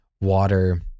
water